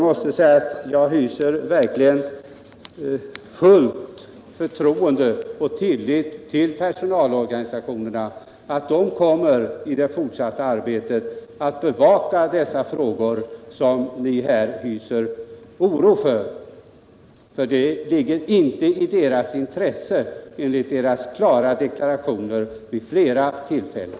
Jag hyser verkligen fullt förtroende för och tillit till personalorganisationerna. De kommer i det fortsatta arbetet att bevaka de frågor som här har uttryckts oro för. Det ligger i deras intresse, och de har klart deklarerat detta vid flera tillfällen.